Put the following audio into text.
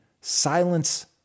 silence